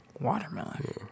Watermelon